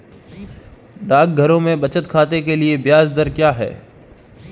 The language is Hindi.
डाकघरों में बचत खाते के लिए ब्याज दर क्या है?